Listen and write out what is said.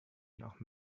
noch